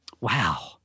wow